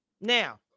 Now